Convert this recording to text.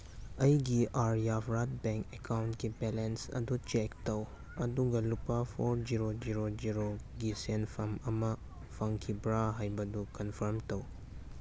ꯑꯩꯒꯤ ꯑꯥꯔꯌꯥꯕꯠ ꯕꯦꯡ ꯑꯦꯀꯥꯎꯟꯒꯤ ꯕꯦꯂꯦꯟꯁ ꯑꯗꯨ ꯆꯦꯛ ꯇꯧ ꯑꯗꯨꯒ ꯂꯨꯄꯥ ꯐꯣꯔ ꯖꯦꯔꯣ ꯖꯦꯔꯣ ꯖꯦꯔꯣꯒꯤ ꯁꯦꯟꯐꯝ ꯑꯃ ꯐꯪꯈꯤꯕ꯭ꯔ ꯍꯥꯏꯕꯗꯨ ꯀꯟꯐꯔꯝ ꯇꯧ